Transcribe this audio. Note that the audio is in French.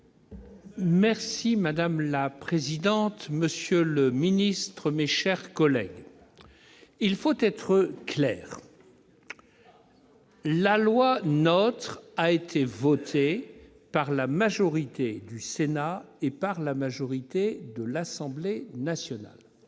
Sueur. Madame la présidente, monsieur le ministre, mes chers collègues, il faut être clair : la loi NOTRe a été adoptée par la majorité du Sénat et de l'Assemblée nationale.